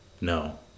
No